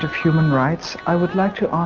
human rights i would like to ah